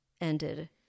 ended